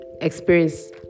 experience